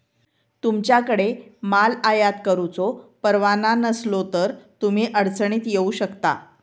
तुमच्याकडे माल आयात करुचो परवाना नसलो तर तुम्ही अडचणीत येऊ शकता